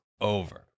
over